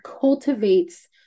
cultivates